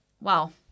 wow